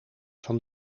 van